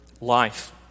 life